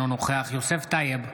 אינו נוכח יוסף טייב,